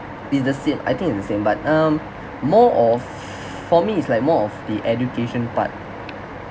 it's the same I think it's the same but um more of for me it's like more of the education part